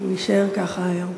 אם נישאר ככה היום.